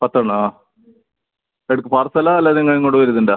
പത്തെണ്ണം ആ എടുക്ക് പാർസലാ അല്ലേൽ നിങ്ങൾ ഇങ്ങോട്ട് വരുന്നുണ്ടോ